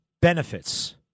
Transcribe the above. benefits